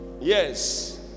Yes